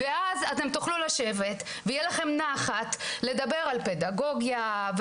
ואז תוכלו לשבת ותהיה לכם נחת לדבר על פדגוגיה,